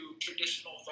traditional